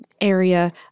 area